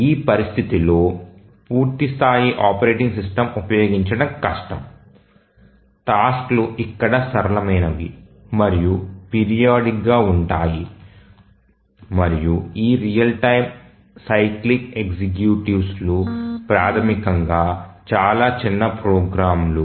ఈ పరిస్థితిలో పూర్తి స్థాయి ఆపరేటింగ్ సిస్టమ్ ఉపయోగించడం కష్టం టాస్క్ లు ఇక్కడ సరళమైనవి మరియు పిరియాడిక్గా ఉంటాయి మరియు ఈ రియల్ టైమ్ సైక్లిక్ ఎగ్జిక్యూటివ్లు ప్రాథమికంగా చాలా చిన్న ప్రోగ్రామ్ లు